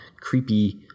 creepy